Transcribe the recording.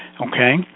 okay